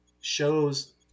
shows